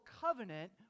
covenant